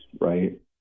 right